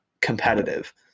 competitive